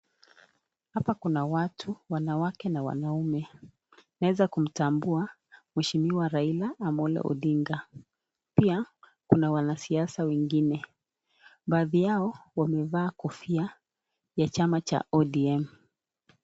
Hapa kuna watu wanawake na wanaume. Naeza kumtambua mweshimiwa Raila omolo Odinga pia kuna wanasiasa wengine. Baadhi yao wamevaa kofia ya chama cha ODM.